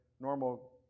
normal